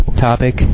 topic